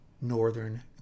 northern